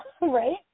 right